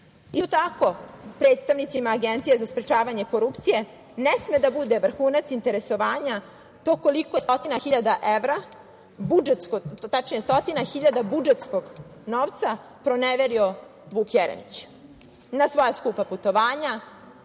tako, predstavnicima Agencije za sprečavanje korupcije ne sme da bude vrhunac interesovanja, to koliko je stotina hiljada evra, tačnije budžetskog novca proneverio Vuk Jeremić na svoja skupa putovanja,